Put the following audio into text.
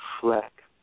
fleck